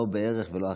לא בערך ולא אחר,